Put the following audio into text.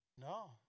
No